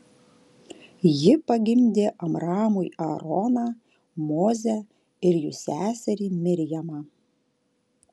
ji pagimdė amramui aaroną mozę ir jų seserį mirjamą